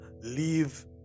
leave